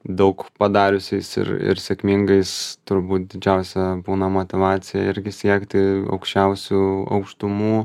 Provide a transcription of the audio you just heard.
daug padariusiais ir ir sėkmingais turbūt didžiausia būna motyvacija irgi siekti aukščiausių aukštumų